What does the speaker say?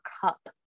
cup